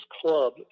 club